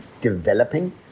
developing